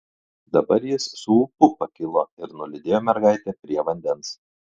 dabar jis su ūpu pakilo ir nulydėjo mergaitę prie vandens